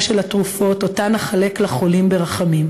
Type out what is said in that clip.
של התרופות אותן אחלק לחולים ברחמים.